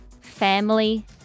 Family